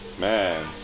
Man